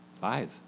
five